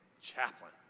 chaplain